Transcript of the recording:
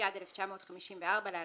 התשי"ד 1954‏ (להלן,